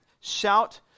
shout